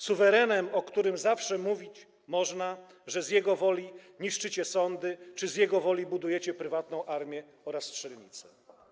Suwerenem, o którym zawsze można mówić, że z jego woli niszczycie sądy czy z jego woli budujecie prywatną armię oraz strzelnice.